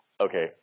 okay